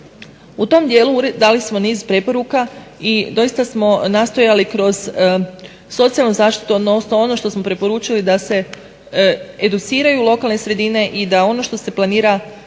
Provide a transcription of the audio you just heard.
U tom dijelu dali smo niz preporuka i doista smo nastojali kroz socijalnu zaštitu, odnosno ono što smo preporučili da se educiraju lokalne sredine i da ono što se planira